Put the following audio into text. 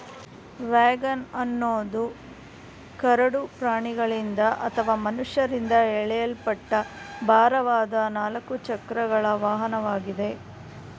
wagon ಅನ್ನೋದು ಕರಡು ಪ್ರಾಣಿಗಳಿಂದ ಅಥವಾ ಮನುಷ್ಯರಿಂದ ಎಳೆಯಲ್ಪಟ್ಟ ಭಾರವಾದ ನಾಲ್ಕು ಚಕ್ರಗಳ ವಾಹನವಾಗಿದೆ